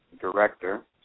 director